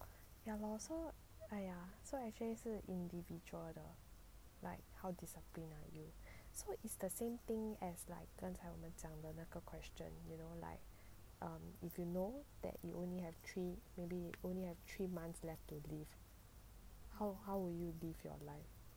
ya lor so !aiya! so actually 是 individual like how discipline are you so it's the same thing as like 刚才我们讲那个 question um if you know that you only have three maybe only have three months left to live how how would you live your life